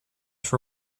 for